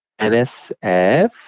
NSF